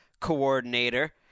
coordinator